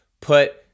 put